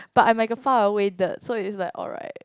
but I'm like far away dirt so is like alright